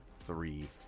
three